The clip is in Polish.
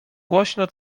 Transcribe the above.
głośno